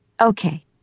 Okay